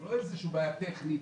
לא איזו בעיה טכנית.